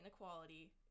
inequality